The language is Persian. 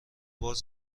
باز